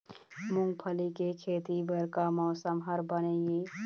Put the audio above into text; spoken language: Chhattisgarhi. मूंगफली के खेती बर का मौसम हर बने ये?